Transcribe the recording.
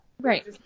right